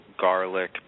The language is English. garlic